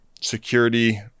security